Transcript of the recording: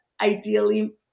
ideally